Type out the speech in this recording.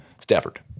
Stafford